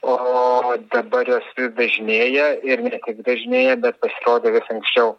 o dabar jos dažnėja ir ne tik dažnėja bet pasirodo vis anksčiau